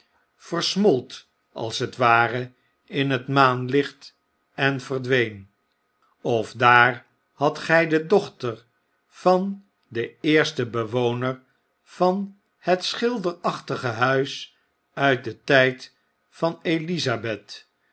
versmolt als het ware in het maanlicht en verdween of daar hadt gij de dochter van den eersten bewoner van het schilderachtige huis uit den tijd van elizabeth